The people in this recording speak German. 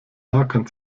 hakan